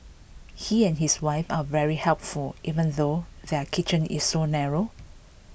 he and his wife are very helpful even though their kitchen is so narrow